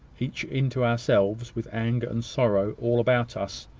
each into ourselves, with anger and sorrow all about us,